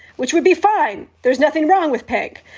which would be fine. there's nothing wrong with pink.